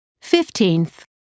fifteenth